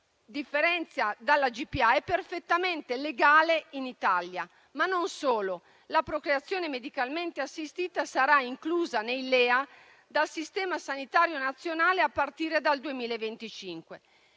differenza della GPA, è perfettamente legale in Italia. Ma non solo: la procreazione medicalmente assistita sarà inclusa nei LEA dal Sistema sanitario nazionale a partire dal 2025.